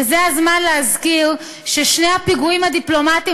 וזה הזמן להזכיר ששני הפיגועים הדיפלומטיים